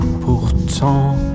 pourtant